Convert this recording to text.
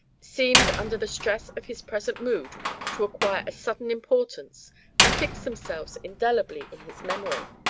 seemed under the stress of his present mood to acquire a sudden importance and fix themselves indelibly in his memory.